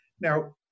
Now